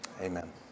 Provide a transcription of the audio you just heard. Amen